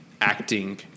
acting